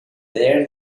there